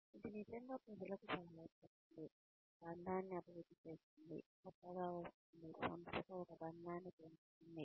ఇది నిజంగా ప్రజలకు సహాయపడుతుంది బంధాన్ని అభివృద్ధి చేస్తుంది కొత్తగా వస్తుంది సంస్థతో ఒక బంధాన్ని పెంచుతుంది